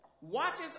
watches